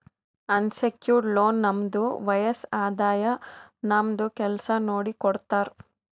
unsecured loan ನಮ್ದು ವಯಸ್ಸ್, ಆದಾಯ, ನಮ್ದು ಕೆಲ್ಸಾ ನೋಡಿ ಕೊಡ್ತಾರ್